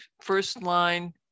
first-line